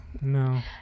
no